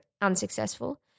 unsuccessful